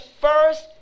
first